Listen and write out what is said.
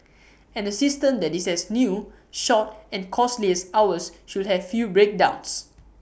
and A system that is as new short and costly as ours should have fewer breakdowns